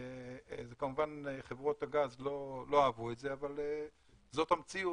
כמובן שחברות הגז לא אהבו את זה, אבל זאת המציאות.